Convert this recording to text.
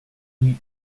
rue